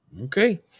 Okay